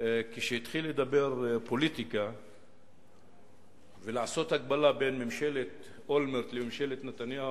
התחיל לדבר פוליטיקה ולעשות הקבלה בין ממשלת אולמרט לממשלת נתניהו,